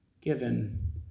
given